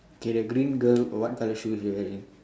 K the green girl what colour shoe is she wearing